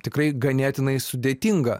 tikrai ganėtinai sudėtingą